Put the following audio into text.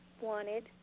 wanted